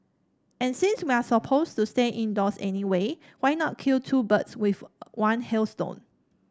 and since we're supposed to stay indoors anyway why not kill two birds with one hailstone